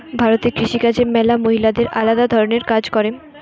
ভারতে কৃষি কাজে ম্যালা মহিলারা আলদা ধরণের কাজ করে